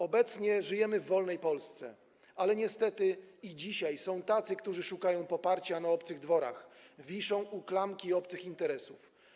Obecnie żyjemy w wolnej Polsce, ale niestety i dzisiaj są tacy, którzy szukają poparcia na obcych dworach, wiszą u klamki obcych interesów.